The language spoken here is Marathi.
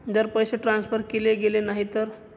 जर पैसे ट्रान्सफर केले गेले नाही तर?